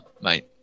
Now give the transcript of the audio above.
mate